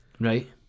right